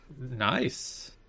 nice